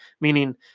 Meaning